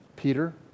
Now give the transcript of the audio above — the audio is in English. Peter